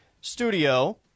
Studio